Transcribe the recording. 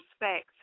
respect